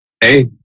hey